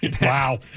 Wow